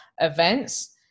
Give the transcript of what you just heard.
events